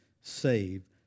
save